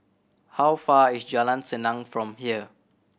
how far is Jalan Senang from here